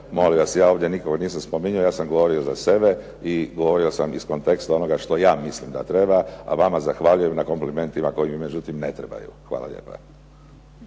Molim vas, ja ovdje nikoga nisam spominjao, ja sam govorio za sebe i govorio sam iz konteksta onoga što ja mislim da treba a vama zahvaljujem na komplimentima koji mi međutim ne trebaju. Hvala lijepa.